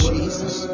Jesus